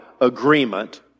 agreement